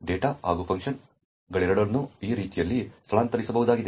data ಹಾಗೂ ಫಂಕ್ಷನ್ಗಳೆರಡನ್ನೂ ಈ ರೀತಿಯಲ್ಲಿ ಸ್ಥಳಾಂತರಿಸಬಹುದಾಗಿದೆ